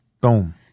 Boom